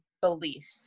belief